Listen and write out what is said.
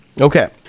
Okay